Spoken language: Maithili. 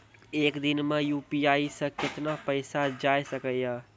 एक दिन मे यु.पी.आई से कितना पैसा जाय सके या?